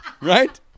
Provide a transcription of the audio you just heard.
Right